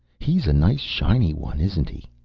he's a nice shiny one, isn't he?